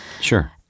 Sure